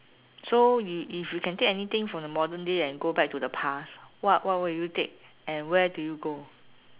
so you if you can take anything from the modern day and go back to the past what what would you take and where do you go